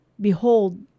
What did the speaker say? behold